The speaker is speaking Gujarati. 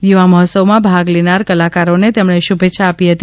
યુવા મહોત્સવ માં ભાગ લેનાર કલાકારોને તેમણે શુભેચ્છા આપી હતી